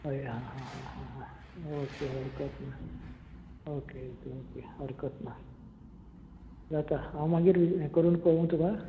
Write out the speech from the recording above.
हय हां हां हां ओके हरकत ना ओके ओके ओके हरकत ना जाता हांव मागीर यें करून कोळोव तुका